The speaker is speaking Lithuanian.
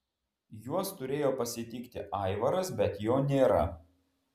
juos turėjo pasitikti aivaras bet jo nėra